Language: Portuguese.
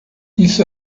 isso